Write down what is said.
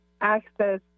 access